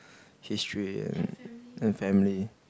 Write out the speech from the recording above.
history and and family